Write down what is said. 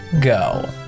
go